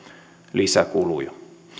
lisäkuluja